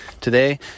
Today